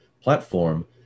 platform